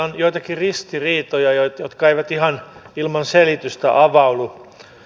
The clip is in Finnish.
on joitakin ristiriitoja jotka eivät ihan ilman selitystä avaudu